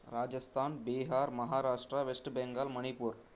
Rajasthan Bihar Maharashtra west Bengal Manipur